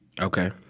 okay